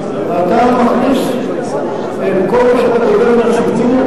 אתה מכניס את כל מה שאתה גובה מהציבור למשק המים.